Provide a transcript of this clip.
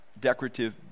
decorative